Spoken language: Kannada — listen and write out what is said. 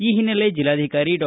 ಈ ಹಿನ್ನೆಲೆ ಬೆಲ್ಲಾಧಿಕಾರಿ ಡಾ